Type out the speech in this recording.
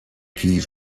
keys